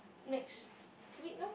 next week orh